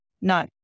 no